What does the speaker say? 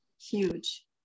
huge